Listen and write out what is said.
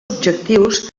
objectius